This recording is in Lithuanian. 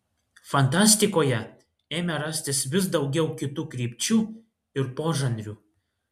fantastikoje ėmė rastis vis daugiau kitų krypčių ir požanrių